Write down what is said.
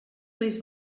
país